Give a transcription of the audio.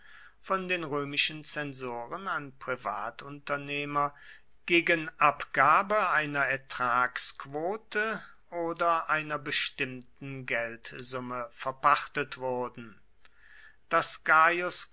von den römischen zensoren an privatunternehmer gegen abgabe einer ertragsquote oder einer bestimmten geldsumme verpachtet wurden daß gaius